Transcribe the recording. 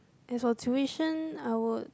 as for tuition I would